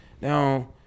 now